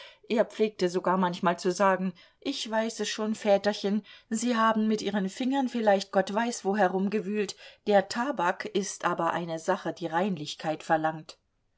er pflegte sogar manchmal zu sagen ich weiß es schon väterchen sie haben mit ihren fingern vielleicht gott weiß wo herumgewühlt der tabak ist aber eine sache die reinlichkeit verlangt